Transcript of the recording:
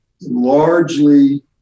largely